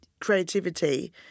creativity